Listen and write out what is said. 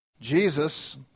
Jesus